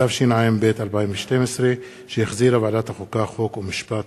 התשע"ב 2012, שהחזירה ועדת החוקה, חוק ומשפט.